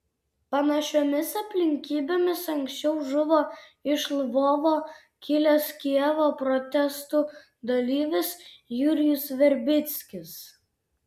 panašiomis aplinkybėmis anksčiau žuvo iš lvovo kilęs kijevo protestų dalyvis jurijus verbickis